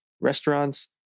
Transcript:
restaurants